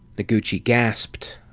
noguchi gasped.